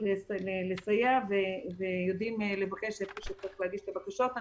לסייע ויודעים לבקש איפה שצריך להגיש את הבקשות.